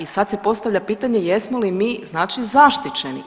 I sad se postavlja pitanje jesmo li mi znači zaštićeni?